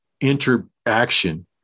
interaction